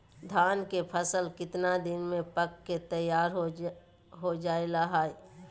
धान के फसल कितना दिन में पक के तैयार हो जा हाय?